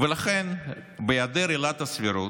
ולכן, בהיעדר עילת הסבירות,